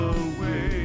away